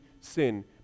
sin